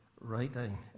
writing